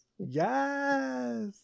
Yes